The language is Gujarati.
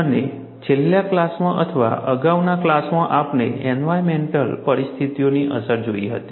અને છેલ્લા ક્લાસમાં અથવા અગાઉના ક્લાસમાં આપણે એન્વાયરનમેન્ટલ પરિસ્થિતિઓની અસર જોઈ હતી